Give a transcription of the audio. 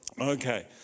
Okay